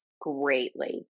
greatly